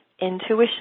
intuition